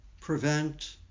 prevent